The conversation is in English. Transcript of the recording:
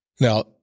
now